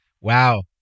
Wow